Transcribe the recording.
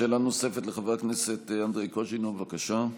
שאלה נוספת, לחבר הכנסת אנדרי קוז'ינוב, בבקשה.